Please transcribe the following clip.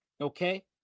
Okay